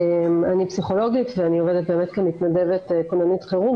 אני פסיכולוגית ואני עובדת כמתנדבת כוננית חירום,